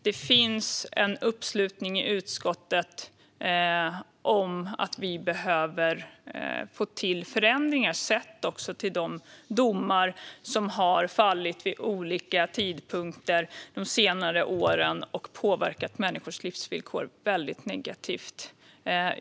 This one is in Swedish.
Det finns en uppslutning i utskottet om att vi behöver få till förändringar, sett också till de domar som har fallit vid olika tidpunkter under senare år och har påverkat människors livsvillkor mycket negativt.